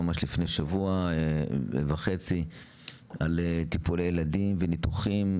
לפני שבוע וחצי על טיפולי ילדים וניתוחים,